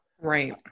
Right